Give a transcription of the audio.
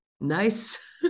Nice